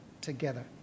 together